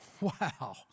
Wow